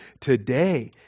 today